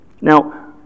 Now